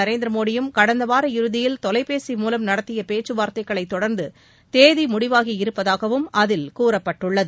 நரேந்திர மோடியும் கடந்த வார இறுதியில் தொலைபேசி மூலம் நடத்திய பேச்சுவார்த்தைகளைத் தொடர்ந்து தேதி முடிவாகியிருப்பதாகவும் அதில் கூறப்பட்டுள்ளது